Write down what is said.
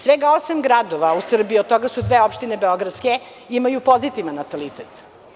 Svega osam gradova u Srbiji od toga su dve opštine beogradske imaju pozitivan natalitet.